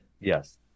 yes